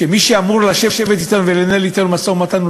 מי שאמור לשבת אתנו ולנהל אתנו משא-ומתן,